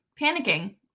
panicking